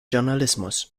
journalismus